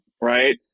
right